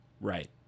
right